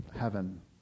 heaven